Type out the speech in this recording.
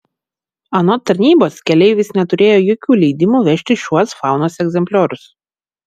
anot tarnybos keleivis neturėjo jokių leidimų vežti šiuos faunos egzempliorius